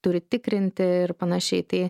turi tikrinti ir panašiai tai